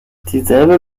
dieselbe